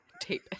tape